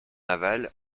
aval